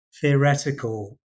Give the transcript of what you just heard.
theoretical